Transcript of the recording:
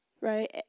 Right